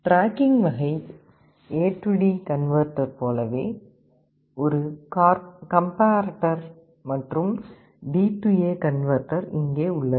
tracking வகை ADC போலவே ஒரு கம்பேர்ரேட்டர் மற்றும் டிஏ DA கன்வெர்ட்டர் இங்கே உள்ளது